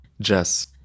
Jess